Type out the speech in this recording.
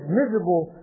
miserable